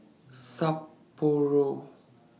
Sapporo